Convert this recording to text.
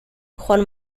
juan